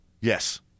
Yes